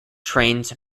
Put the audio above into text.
trains